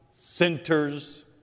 Centers